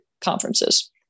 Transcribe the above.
conferences